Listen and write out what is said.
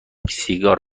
سیگار